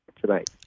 tonight